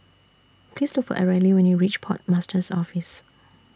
Please Look For Areli when YOU REACH Port Master's Office